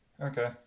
okay